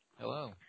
Hello